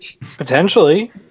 Potentially